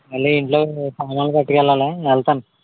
మళ్ళీ ఇంట్లో సామాన్లు పట్టుకెళ్ళాలి వెళ్తాను